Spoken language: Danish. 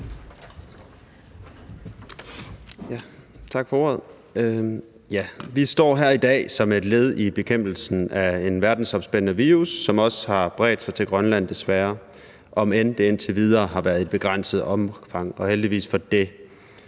Tak for ordet. Vi står her i dag som et led i bekæmpelsen af en verdensomspændende virus, som også har bredt sig til Grønland, desværre, om end det indtil videre har været i et begrænset omfang og heldigvis for det.